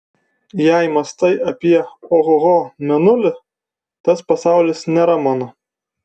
jei mąstai apie ohoho mėnulį tas pasaulis nėra mano